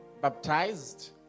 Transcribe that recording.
baptized